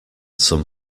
some